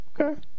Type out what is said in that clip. Okay